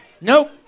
Nope